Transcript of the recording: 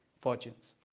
fortunes